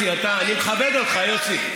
אני מכבד אותך, יוסי.